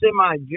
semi